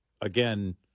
again